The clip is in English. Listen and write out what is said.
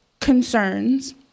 concerns